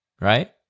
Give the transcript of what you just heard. right